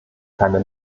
keine